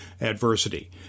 adversity